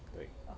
对